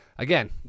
Again